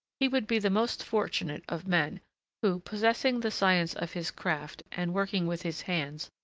he would be the most fortunate of men who, possessing the science of his craft and working with his hands,